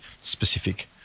specific –